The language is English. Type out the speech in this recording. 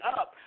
up